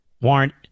warrant